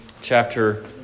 chapter